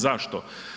Zašto?